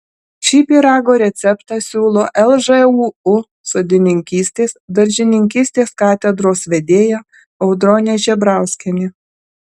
šį pyrago receptą siūlo lžūu sodininkystės daržininkystės katedros vedėja audronė žebrauskienė